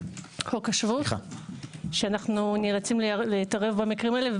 חוק השבות, שאנחנו נאלצים להתערב במקרים האלה.